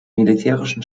militärischen